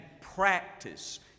practice